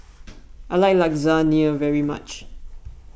I like Lasagna very much